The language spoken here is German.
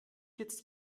jetzt